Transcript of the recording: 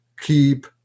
keep